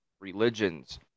religions